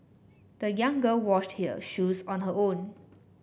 the young girl washed her shoes on her own